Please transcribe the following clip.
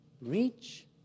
Reach